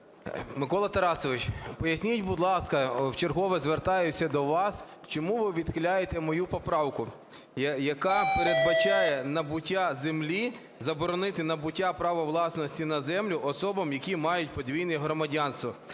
Микола Тарасович, поясніть, будь ласка, вчергове звертаюся до вас, чому ви відхиляєте мою поправку, яка передбачає набуття землі, заборонити набуття права власності на землю особам, які мають подвійне громадянство